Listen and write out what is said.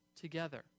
together